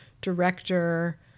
director